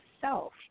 self